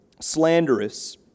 slanderous